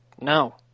no